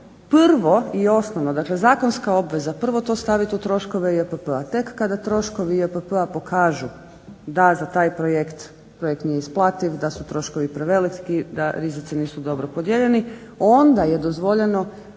prvo i osnovno dakle zakonska obveza prvo to staviti u troškova JPP-a, tek kada troškovi JPP-a pokažu da za taj projekt projekt nije isplativ, da su troškovi preveliki, da rizici nisu dobro podijeljeni onda je dozvoljeno